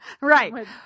Right